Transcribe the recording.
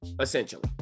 essentially